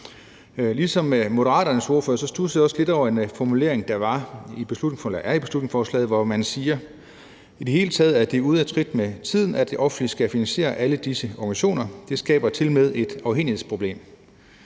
Ligesom Moderaternes ordfører studsede jeg også lidt over en formulering, der er i beslutningsforslaget, hvor man siger: »I det hele taget er det ude af trit med tiden, at det offentlige skal finansiere alle disse organisationer. Det skaber tilmed et afhængighedsproblem.«